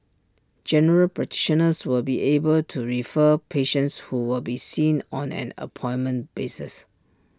general practitioners will be able to refer patients who will be seen on an appointment basis